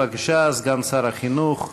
בבקשה, סגן שר החינוך.